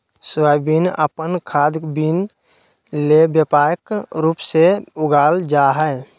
soybean अपन खाद्य bean ले व्यापक रूप से उगाल जा हइ